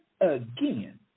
again